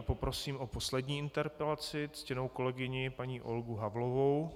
Poprosím o poslední interpelaci ctěnou kolegyni paní Olgu Havlovou.